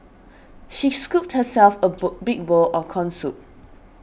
she scooped herself a bowl big bowl of Corn Soup